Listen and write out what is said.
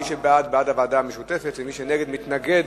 מי שבעד בעד הוועדה המשותפת, ומי שנגד, מתנגד